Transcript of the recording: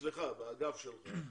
אצלך באגף שלך,